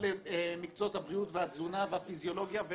למקצועות הבריאות והתזונה והפיזיולוגיה.